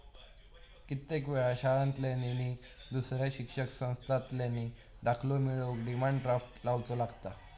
कित्येक वेळा शाळांतल्यानी नि दुसऱ्या शिक्षण संस्थांतल्यानी दाखलो मिळवूक डिमांड ड्राफ्ट लावुचो लागता